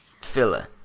filler